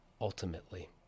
ultimately